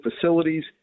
facilities